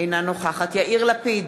אינה נוכחת יאיר לפיד,